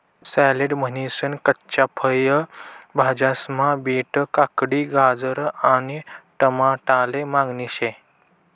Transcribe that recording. salad म्हनीसन कच्च्या फय भाज्यास्मा बीट, काकडी, गाजर आणि टमाटाले मागणी शे